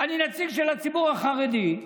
אני נציג של הציבור החרדי,